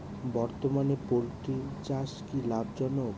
বর্তমানে পোলট্রি চাষ কি লাভজনক?